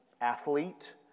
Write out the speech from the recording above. athlete